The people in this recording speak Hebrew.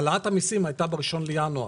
העלאת המיסים הייתה ב-1 בינואר.